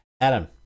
adam